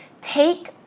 Take